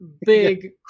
big